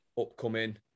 upcoming